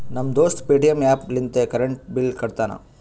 ನಮ್ ದೋಸ್ತ Paytm app ಲಿಂತೆ ಕರೆಂಟ್ ಬಿಲ್ ಕಟ್ಟತಾನ್